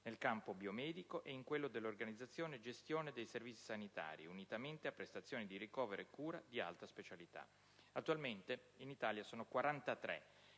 nel campo biomedico e in quello dell'organizzazione e gestione dei servizi sanitari, unitamente a prestazioni di ricovero e cura di alta specialità»; attualmente in Italia sono 43